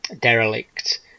derelict